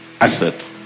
asset